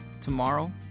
tomorrow